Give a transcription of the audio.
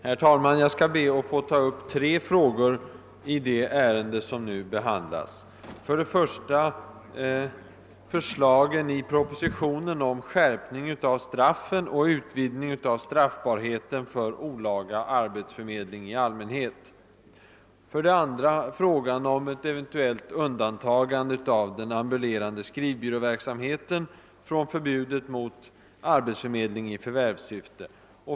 Herr talman! Jag skall be att få ta upp tre frågor i det ärende som nu behandlas. För det första gäller det förslagen i propositionen om skärpning av straffen och utvidgning av straffbarheten för olaga arbetsförmedling i allmänhet. För det andra är det frågan om ett eventuellt undantagande av den ambulerande skrivbyråverksamheten från förbudet mot arbetsförmedling i förvärvssyfte.